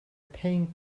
paying